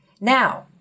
Now